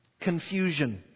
confusion